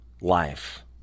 life